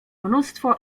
mnóstwo